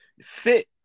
fit